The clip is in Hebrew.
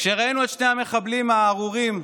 כשראינו את שני המחבלים הארורים,